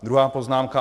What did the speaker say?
Druhá poznámka.